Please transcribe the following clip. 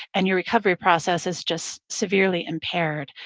and your recovery process is just severely impaired.